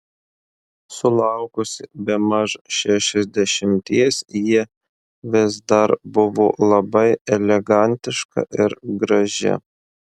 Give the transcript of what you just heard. sulaukusi bemaž šešiasdešimties ji vis dar buvo labai elegantiška ir graži